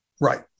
Right